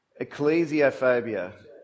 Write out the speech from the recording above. Ecclesiophobia